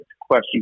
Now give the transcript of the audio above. question